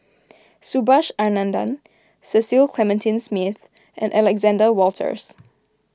Subhas Anandan Cecil Clementi Smith and Alexander Wolters